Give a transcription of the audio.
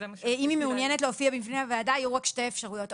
אם היא מעוניינת להופיע בפני הוועדה יהיו רק שתי אפשרויות,